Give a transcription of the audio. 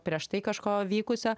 prieš tai kažko vykusio